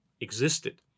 existed